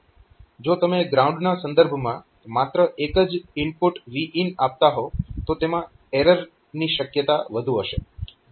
જો તમે ગ્રાઉન્ડ ના સંદર્ભમાં માત્ર એક જ ઇનપુટ VIN આપતા હોવ તો તેમાં એરર ની શક્યતા વધુ હશે